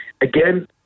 again